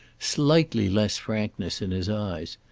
slightly less frankness in his eyes.